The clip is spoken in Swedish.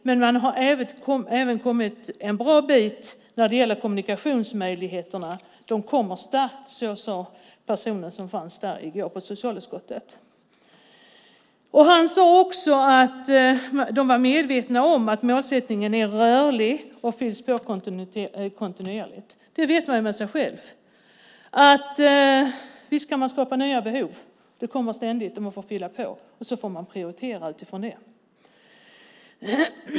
Men man har även kommit en bra bit när det gäller kommunikationsmöjligheterna. De kommer starkt, sade personen som var i socialutskottet i går. Han sade också att de är medvetna om att målsättningen är rörlig och fylls på kontinuerligt. Man vet ju själv att visst kan man skapa nya behov. Det kommer ständigt nya behov, och då får man fylla på och prioritera utifrån det.